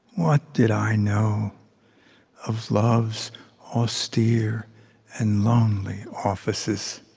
what did i know of love's austere and lonely offices?